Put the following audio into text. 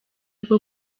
bwo